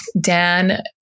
Dan